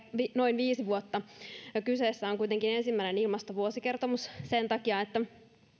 noin viisi vuotta niin kyseessä on kuitenkin ensimmäinen ilmastovuosikertomus sen takia että